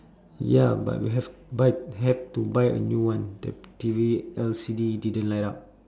ya but we have but have to buy a new one that T_V L_C_D didn't light up